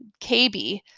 kb